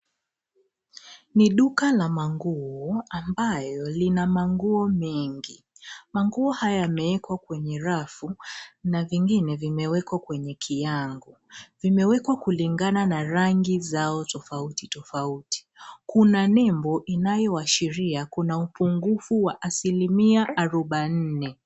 Ni duka la manguo ambayo lina manguo mengi. Manguo hayo yamewekwa kwenye rafu na vingine vimewekwa kwenye kiangu. Vimewekwa kulingana na rangi zao tofautitofauti. Kuna nembo inayoashiria kuna upungufu wa asilimia arubaini.